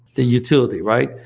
the utility, right?